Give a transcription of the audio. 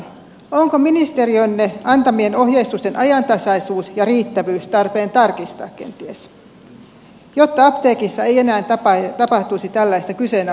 onko ministeriönne antamien ohjeistusten ajantasaisuus ja riittävyys tarpeen tarkistaa kenties jotta apteekeissa ei enää tapahtuisi tällaista kyseenalaista toimintaa